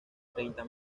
treinta